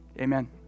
Amen